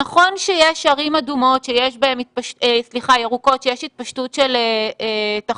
נכון שיש ערים ירוקות שיש התפשטות של תחלואה,